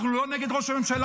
אנחנו לא נגד ראש הממשלה,